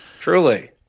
Truly